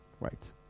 Right